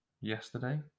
yesterday